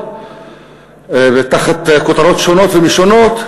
ותחת כותרות שונות ומשונות,